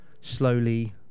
slowly